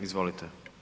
Izvolite.